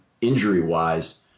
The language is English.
injury-wise